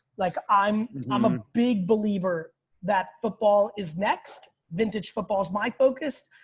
like i'm i'm a big believer that football is next, vintage football is my focus,